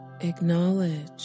Acknowledge